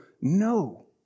no